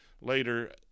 later